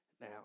Now